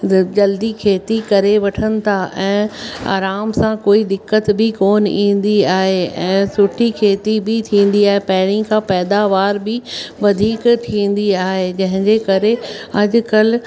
जल्दी खेती करे वठनि था ऐं आराम सां कोई दिक़त बि कोन ईंदी आहे ऐं सुठी खेती बि थींदी आहे पहिरीं खां पैदावार बि वधीक थींदी आहे जंहिंजे करे अॼुकल्ह